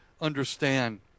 understand